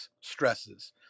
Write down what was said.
stresses